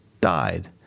died